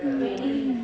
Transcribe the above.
ಮತ್ತು